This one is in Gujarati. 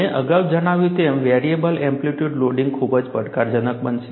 મેં અગાઉ જણાવ્યું તેમ વેરિયેબલ એમ્પ્લિટ્યૂડ લોડિંગ ખૂબ જ પડકારજનક બનશે